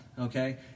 okay